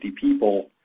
people